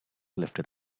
lifted